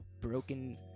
broken